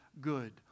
good